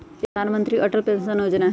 एगो प्रधानमंत्री अटल पेंसन योजना है?